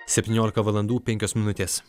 septyniolika valandų penkios minutės